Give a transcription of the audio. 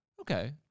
Okay